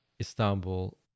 Istanbul